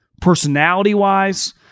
personality-wise